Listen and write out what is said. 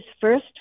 first